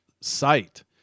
site